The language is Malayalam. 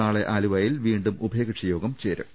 നാളെ ആലുവായിൽ വീണ്ടും ഉഭയകക്ഷി യോഗം ചേരും